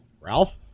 Ralph